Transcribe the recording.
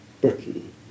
Britain